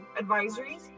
advisories